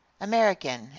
American